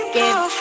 give